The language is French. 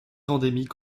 endémique